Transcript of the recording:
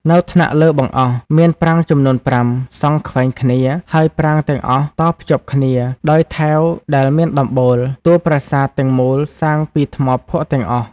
នៅថ្នាក់លើបង្អស់ មានប្រាង្គចំនួន៥ សង់ខ្វែងគ្នា ហើយប្រាង្គទាំងអស់តភ្ជាប់គ្នា ដោយថែវដែលមានដំបូល។ តួប្រាសាទទាំង មូលសាងពីថ្មភក់ទាំងអស់។